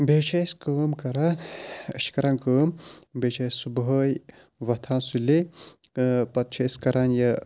بیٚیہِ چھِ أسۍ کٲم کَران أسۍ چھِ کَران کٲم بیٚیہِ چھِ أسۍ صُبحٲے وۄتھان سُلے تہٕ پَتہٕ چھِ أسۍ کَران یہِ